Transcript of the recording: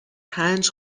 پنج